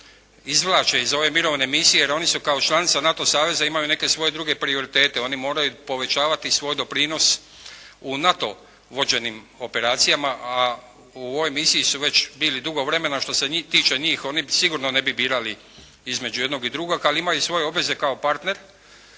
izvlače iz ove mirovne misije jer oni su kao članica NATO saveza imaju neke svoje druge prioritete, oni moraju povećavati svoj doprinos u NATO vođenim operacijama, a u ovoj misiji su već bili dugo vremena, što se njih tiče, njih, oni sigurno ne bi birali između jednog i drugog. Ali imaju svoje obaveze kao partner